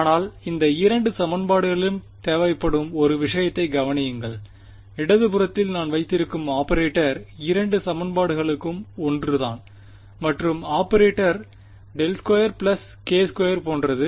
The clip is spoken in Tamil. ஆனால் இந்த இரண்டு சமன்பாடுகளிலும் தேவைப்படும் ஒரு விஷயத்தைக் கவனியுங்கள் இடதுபுறத்தில் நான் வைத்திருக்கும் ஆபரேட்டர் இரண்டு சமன்பாடுகளுக்கும் ஒன்றுதான் மற்றும் ஆபரேட்டர் ∇2 k2 போன்றது